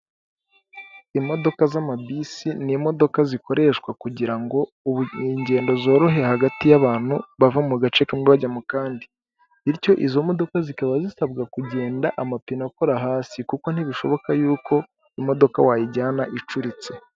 Imodoka z'amabisi ni imodoka zikoreshwa kugira ngo ingendo zorohe hagati y'abantu bava mu gace kamwe bajya mu kandi. Bityo izo modoka zikaba zisabwa kugenda amapine akora hasi kuko ntibishoboka yuko imodoka wayijyana icuritse.